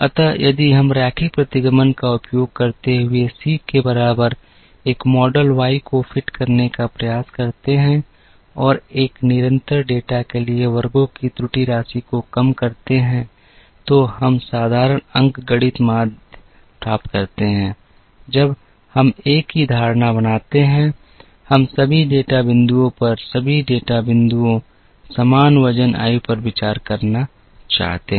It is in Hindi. अतः यदि हम रैखिक प्रतिगमन का उपयोग करते हुए C के बराबर एक मॉडल Y को फिट करने का प्रयास करते हैं और एक निरंतर डेटा के लिए वर्गों की त्रुटि राशि को कम करते हैं तो हम साधारण अंकगणित माध्य प्राप्त करते हैं जब हम एक ही धारणा बनाते हैं हम सभी डेटा बिंदुओं पर सभी डेटा बिंदुओं समान वजन आयु पर विचार करना चाहते हैं